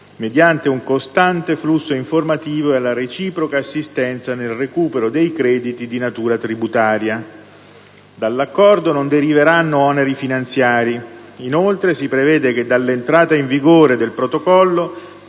mediante un costante flusso informativo e alla reciproca assistenza nel recupero dei crediti di natura tributaria. Dall'Accordo non deriveranno oneri finanziari. Inoltre, si prevede che dall'entrata in vigore del Protocollo